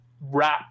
wrap